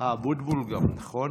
גם אבוטבול, נכון.